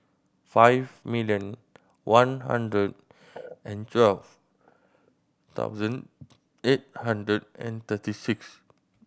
five million one hundred and twelve thousand eight hundred and thirty six